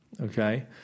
Okay